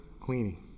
cleaning